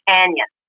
Canyon